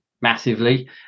massively